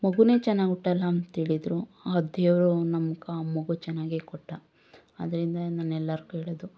ಮಗುವೇ ಚೆನ್ನಾಗಿ ಹುಟ್ಟೊಲ್ಲ ಅಂಥೇಳಿದ್ರು ಆ ದೇವರು ನಮ್ಗೆ ಆ ಮಗು ಚೆನ್ನಾಗೇ ಕೊಟ್ಟ ಅದರಿಂದ ನಾನು ಎಲ್ರಿಗೂ ಹೇಳೋದು